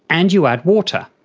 and you add water.